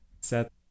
set